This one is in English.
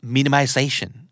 Minimization